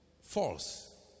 False